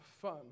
fun